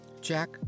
Jack